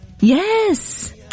Yes